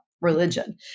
religion